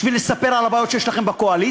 בשביל לספר על הבעיות שיש לכם בקואליציה?